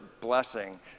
blessing